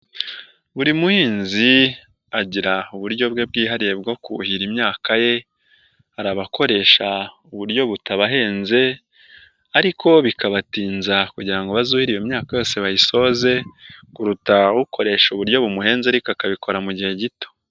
Buri muhinzi agira uburyo bwe bwihariye bwo kuhira imyaka ye, hari abakoresha uburyo butabahenze ariko bikabatinza kugira ngo bazuhire iyo myaka yose bayisoze, kuruta ukoresha uburyo bumuhenze ariko akabikora mu gihe gito.